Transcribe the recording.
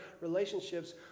relationships